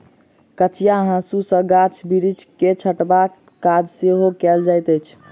कचिया हाँसू सॅ गाछ बिरिछ के छँटबाक काज सेहो कयल जाइत अछि